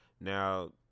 Now